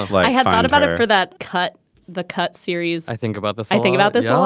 but i haven't thought about it for that cut the cut series, i think about this i think about this a lot.